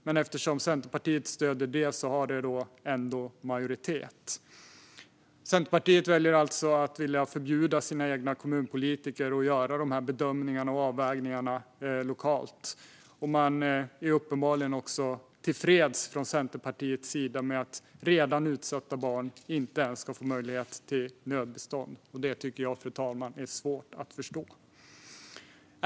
Men eftersom Centerpartiet stöder förslaget har det ändå majoritet. Centerpartiet väljer alltså att vilja förbjuda sina egna kommunpolitiker att göra de här bedömningarna och avvägningarna lokalt. Man är uppenbarligen också tillfreds från Centerpartiets sida med att redan utsatta barn inte ens ska få möjlighet till nödbistånd. Det tycker jag, fru talman, är svårt att förstå.